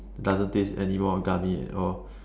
doesn't taste anymore gummy at all